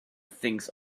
thinks